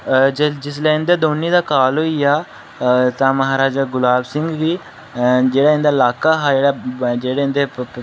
अ जिसलै इं'दा दौनीं दा काल होइया अ तां म्हाराजा गुलाब सिंह गी जेह्ड़ा इं'दा लाका हा जेहड़ा जेह्ड़े इं'दे